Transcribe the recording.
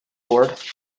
bored